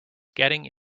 getting